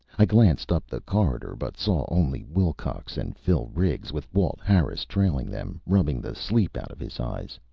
i glanced up the corridor but saw only wilcox and phil riggs, with walt harris trailing them, rubbing the sleep out of his eyes.